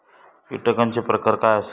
कीटकांचे प्रकार काय आसत?